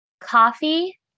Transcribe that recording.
Coffee